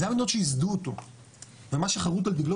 אלה המדינות שייסדו אותו ומה שחרוט על דגלו